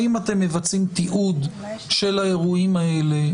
האם אתם מבצעים תיעוד של האירועים האלה,